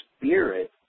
spirit